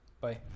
bye